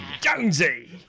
Jonesy